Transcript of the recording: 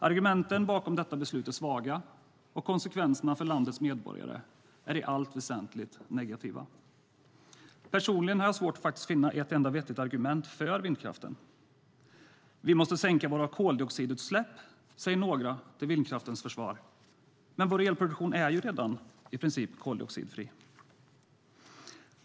Argumenten bakom detta beslut är svaga, och konsekvenserna för landets medborgare är i allt väsentligt negativa. Personligen har jag faktiskt svårt att finna ett enda vettigt argument för vindkraften. Vi måste sänka våra koldioxidutsläpp, säger några till vindkraftens försvar. Men vår elproduktion är ju redan i princip koldioxidfri.